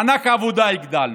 מענק עבודה, הגדלנו,